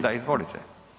Da, izvolite.